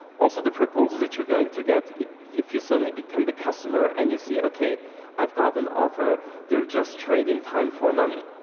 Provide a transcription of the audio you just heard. also the proposal that you're going to get if you suddenly become the customer and you see, okay i've got an offer through just trading time for money,